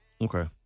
Okay